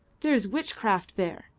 there is witchcraft there.